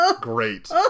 great